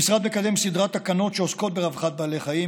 המשרד מקדם סדרת תקנות שעוסקות ברווחת בעלי חיים,